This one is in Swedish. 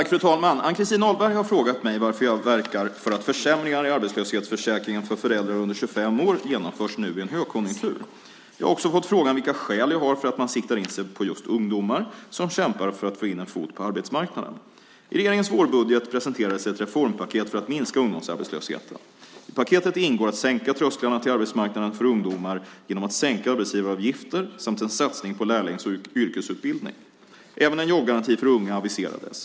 Fru talman! Ann-Christin Ahlberg har frågat mig varför jag verkar för att försämringar i arbetslöshetsförsäkringen för föräldrar under 25 år genomförs nu i en högkonjunktur. Jag har också fått frågan vilka skäl man har för att sikta in sig på just ungdomar som kämpar för att få in en fot på arbetsmarknaden. I regeringens vårbudget presenterades ett reformpaket för att minska ungdomsarbetslösheten. I paketet ingår att sänka trösklarna till arbetsmarknaden för ungdomar genom att sänka arbetsgivaravgifter samt en satsning på lärlings och yrkesutbildning. Även en jobbgaranti för unga aviserades.